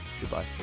Goodbye